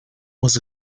was